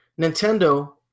Nintendo